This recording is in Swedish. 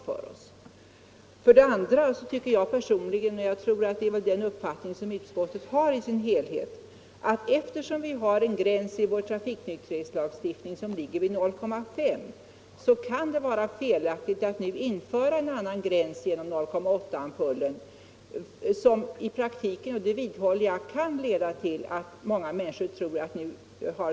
För det andra tycker jag personligen, och det är väl också den uppfattning som omfattas av utskottet i dess helhet, att det med hänsyn till att vi har en gräns i vår trafiknykterhetslagstiftning, som ligger vid 0,5 promille, kan vara felaktigt att nu införa en annan gräns gerom att börja med 0,8-promilleampullen och eventuellt sedan gå ned till 0,5 promilleampullen.